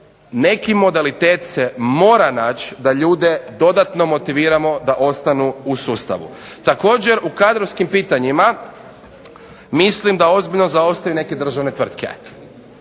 neki modalitet mora naći da ljude dodatno motiviramo da ostanu u sustavu. Također u kadrovskim pitanjima mislim da ozbiljno zaostaju neke državne tvrtke.